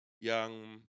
...yang